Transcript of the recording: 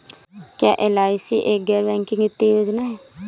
क्या एल.आई.सी एक गैर बैंकिंग वित्तीय योजना है?